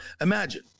Imagine